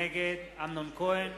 נגד אמנון כהן,